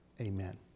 amen